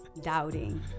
doubting